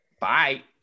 Bye